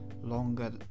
Longer